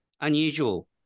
Unusual